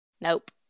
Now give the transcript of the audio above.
nope